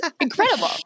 incredible